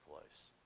place